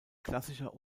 klassischer